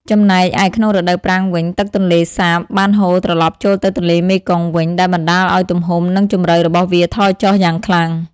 ចំណែកឯក្នុងរដូវប្រាំងវិញ ទឹកពីទន្លេសាបបានហូរត្រឡប់ចូលទៅទន្លេមេគង្គវិញ ដែលបណ្តាលឲ្យទំហំ និងជម្រៅរបស់វាថយចុះយ៉ាងខ្លាំង។